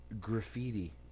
graffiti